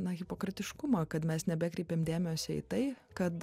na hipokritiškumą kad mes nebekreipiam dėmesio į tai kad